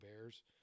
Bears